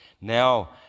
now